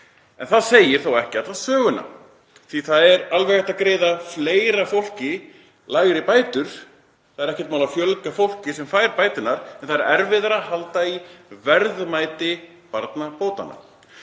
Það segir þó ekki alla söguna því alveg er hægt að greiða fleira fólki lægri bætur. Það er ekkert mál að fjölga fólki sem fær bætur en það er erfiðara að halda í verðmæti barnabótanna.